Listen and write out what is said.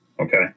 okay